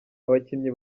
abakinnyi